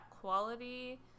quality